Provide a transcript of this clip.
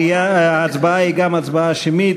הצבעה זו גם היא הצבעה שמית.